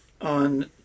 on